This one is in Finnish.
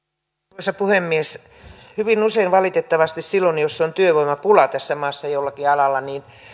arvoisa puhemies hyvin usein valitettavasti silloin jos on työvoimapula tässä maassa jollakin alalla